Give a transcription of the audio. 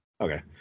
okay